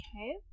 Okay